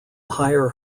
hire